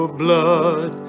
blood